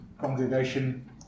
congregation